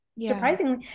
surprisingly